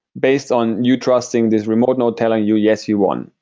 based on you trusting this remote node telling you, yes, you won,